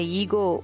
ego